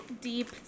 deep